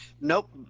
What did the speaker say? Nope